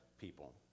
people